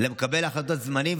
למקבל ההחלטות הזמני,